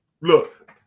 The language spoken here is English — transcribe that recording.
look